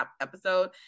episode